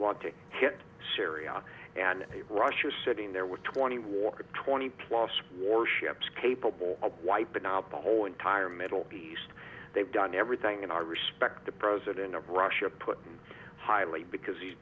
want to hit syria and russia sitting there with twenty water twenty plus warships capable of wiping out the whole entire middle east they've done everything in our respect the president of russia put in highly because he's